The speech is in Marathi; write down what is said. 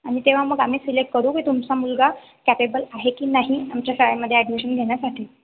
आणी तेव्हा मग आम्ही सिलेक्ट करू की तुमचा मुलगा कॅपेबल आहे की नाही आमच्या शाळेमध्ये ॲडमिशन घेण्यासाठी